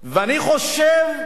ואני חושב,